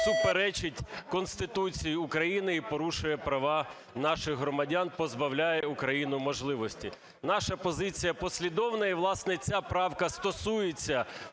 суперечить Конституції України і порушує права наших громадян, позбавляє Україну можливості. Наша позиція послідовна і, власне, ця правка стосується